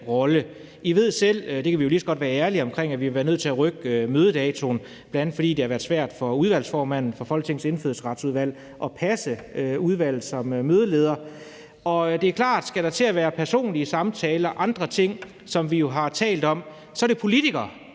I ved selv, og det kan vi jo lige så godt være ærlige omkring, at vi har været nødt til at rykke mødedatoen, bl.a. fordi det har været svært for udvalgsformanden for Folketingets Indfødsretsudvalg at passe udvalget som mødeleder, og det er klart, at skal der til at være personlige samtaler og andre ting, som vi jo har talt om, så er det politikere,